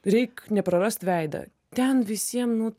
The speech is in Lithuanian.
reik neprarast veidą ten visiem nu